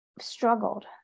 struggled